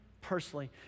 personally